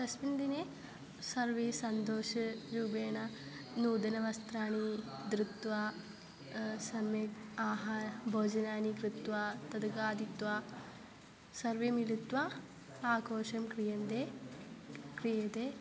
तस्मिन् दिने सर्वे सन्तोषरूपेण नूतनान् वस्त्रान् धृत्वा सम्यक् आहारं भोजनानि कृत्वा तद् खादित्वा सर्वे मिलित्वा आघोषं क्रियते क्रियते